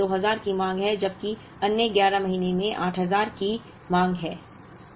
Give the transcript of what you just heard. एक महीने में 2000 की मांग है जबकि अन्य 11 महीनों में 8000 की मांग है